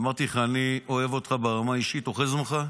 אמרתי לך, אני אוהב אותך ברמה האישית, אוחז ממך,